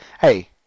Hey